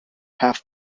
have